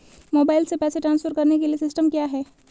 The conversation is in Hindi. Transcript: मोबाइल से पैसे ट्रांसफर करने के लिए सिस्टम क्या है?